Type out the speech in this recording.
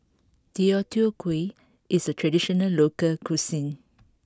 Deodeok Gui is a traditional local cuisine